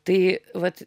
tai vat